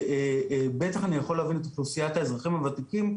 ובטח שאני יכול להבין את אוכלוסיית האזרחים הוותיקים,